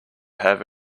have